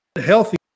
healthy